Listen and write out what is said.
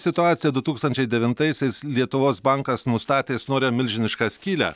situacija du tūkstančiai devintaisiais lietuvos bankas nustatė snore milžinišką skylę